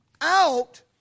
out